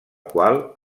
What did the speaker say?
qual